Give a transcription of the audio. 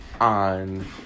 on